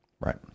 Right